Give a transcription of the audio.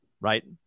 right